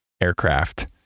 aircraft